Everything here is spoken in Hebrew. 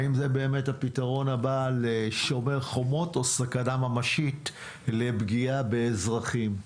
האם זה באמת הפתרון הבא ל-"שומר החומות" או סכנה ממשית לפגיעה באזרחים?